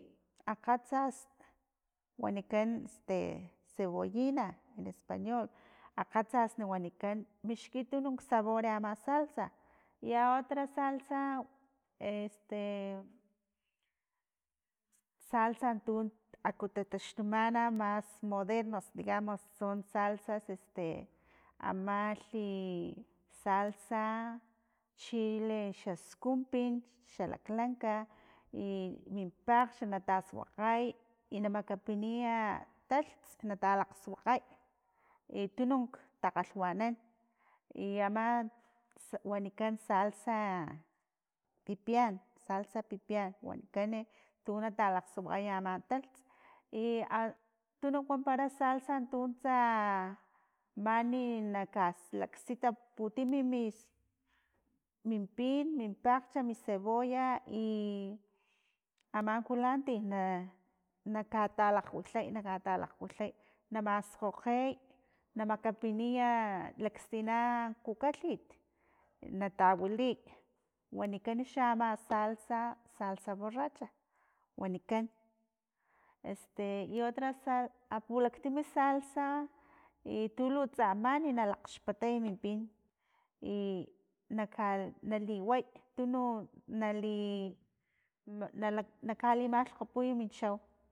Akgatsas wanikan este cebollina en español akgatsas wanikan mixki tununk sabor ama salsa i a otra salsa "este" salsa tu aku tataxtumana mas modernos digamos son salsas este amalhi, i salsa chile xa skumpi xalaklanka i min pakglhch nata lakgsuakgay i na makapiniya talts natalakgsuakgay i tununk takgalhwanan i ama wanikan saksa pipian, salsa pipian wanikani tu natalakgsuakgaya ama talts ia tununk wampara salsa tuntsa tsa mani nakalaksita putimi mi- min pin, min pakglhch mi cebolla i ama kulanti na nakatalakgwilhay nakatalakgwilhay na mskgokgey na makapiniya stina kukalhit natawiliy wanikan xa ama salsa, salsa borracha wanikan "este" i otras sal apulaktim salsa itu lutsaman na lakgxpataya min pin i naka naliway tunu nali nak- nakali malhkgopuy min chau